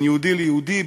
בין יהודי ליהודי,